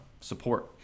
support